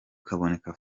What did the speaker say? kaboneka